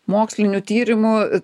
mokslinių tyrimų